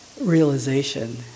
realization